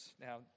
now